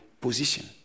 position